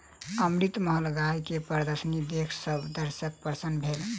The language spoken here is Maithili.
अमृतमहल गाय के प्रदर्शनी देख सभ दर्शक प्रसन्न भेल